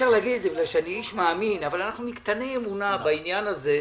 אנחנו קטני אמונה בעניין הזה.